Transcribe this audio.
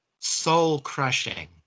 soul-crushing